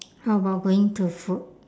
how about going to food